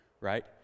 right